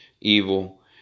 evil